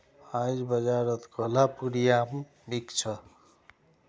आईज बाजारत कोहलापुरी आम बिक छ